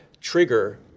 trigger